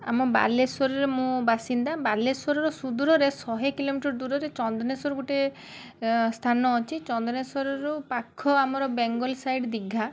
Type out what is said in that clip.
ଆମ ବାଲେଶ୍ଵରରେ ମୁଁ ବାସୀନ୍ଦା ବାଲେଶ୍ଵରର ସୁଦୂରରେ ଶହେ କିଲୋମିଟର ଦୂରରେ ଚନ୍ଦନେଶ୍ଵର ଗୁଟିଏ ସ୍ଥାନ ଅଛି ଚନ୍ଦନେଶ୍ଵରରୁ ପାଖ ଆମ ବେଙ୍ଗଲ୍ ସାଇଡ଼୍ ଦୀଘା